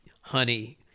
honey